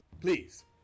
Please